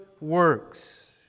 works